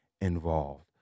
involved